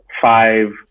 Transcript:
five